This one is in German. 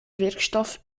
wirkstoff